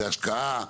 זו השקעה,